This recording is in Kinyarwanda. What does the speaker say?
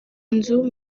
inzu